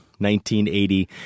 1980